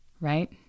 Right